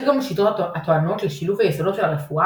יש גם שיטות הטוענות לשילוב היסודות של הרפואה